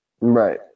Right